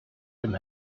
dem